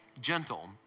Gentle